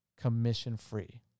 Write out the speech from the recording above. commission-free